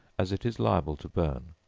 as it is liable to burn.